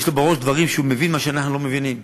יש לו בראש דברים שהוא מבין, מה שאנחנו לא מבינים.